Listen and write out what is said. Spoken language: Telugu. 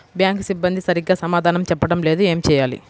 బ్యాంక్ సిబ్బంది సరిగ్గా సమాధానం చెప్పటం లేదు ఏం చెయ్యాలి?